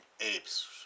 apes